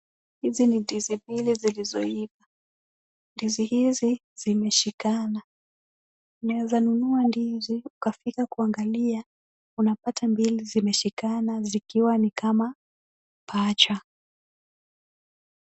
Hizi ni ndizi mbili zilizoiva. Ndizi hizi zimeshikana. Unaweza nunua ndizi ukafika kuangalia unapata mbili zimeshikana zikiwa ni kama pacha.